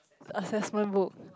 assessment book